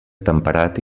temperat